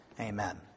Amen